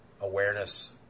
awareness